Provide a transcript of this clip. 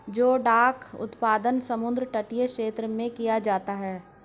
जोडाक उत्पादन समुद्र तटीय क्षेत्र में किया जाता है